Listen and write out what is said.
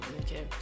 Okay